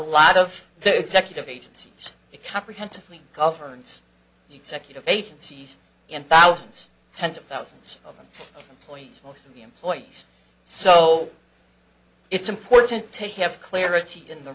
lot of the executive agencies it comprehensively governs the executive agencies and thousands tens of thousands of them employees most of the employees so it's important to have clarity in the